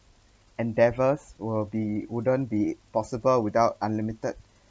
endeavours will be wouldn't be possible without unlimited